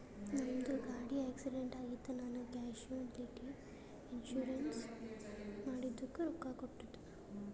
ನಮ್ದು ಗಾಡಿ ಆಕ್ಸಿಡೆಂಟ್ ಆಗಿತ್ ನಾ ಕ್ಯಾಶುಲಿಟಿ ಇನ್ಸೂರೆನ್ಸ್ ಮಾಡಿದುಕ್ ರೊಕ್ಕಾ ಕೊಟ್ಟೂರ್